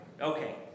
Okay